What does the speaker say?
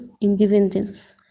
independence